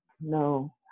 no